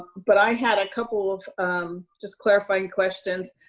but i had a couple of just clarifying questions.